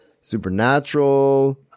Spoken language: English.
supernatural